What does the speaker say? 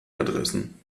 adressen